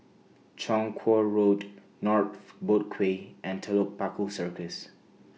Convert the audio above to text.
Chong Kuo Road North Boat Quay and Telok Paku Circus